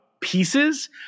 pieces